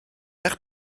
eich